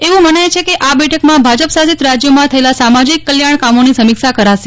એવું મનાય છે કેઆ બેઠકમાં ભાજપ શાસિત રાજ્યોમાં થયેલા સામાજીક કલ્યાણ કામોની સમીક્ષા કરાશે